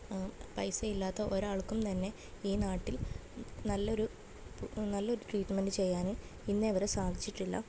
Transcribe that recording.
പൈസയില്ലാത്ത ഒരാൾക്കും തന്നെ ഈ നാട്ടിൽ നല്ലൊരു നല്ലൊരു ട്രീറ്റ്മെൻറ്റ് ചെയ്യാൻ ഇന്നേവരെ സാധിച്ചിട്ടില്ല